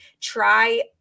try